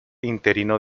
interino